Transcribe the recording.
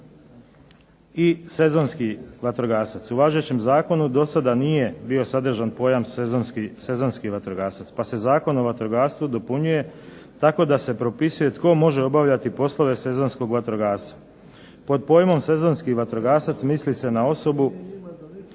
i sezonski vatrogasac. U važećem zakonu do sada nije bio sadržan pojam sezonski vatrogasac. Pa se Zakon o vatrogastvu dopunjuje tako da se propisuje tko može obavljati poslove sezonskog vatrogasca. Pod pojmom sezonski vatrogasac misli se na osobu